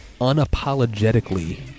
Unapologetically